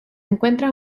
encuentra